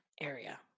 area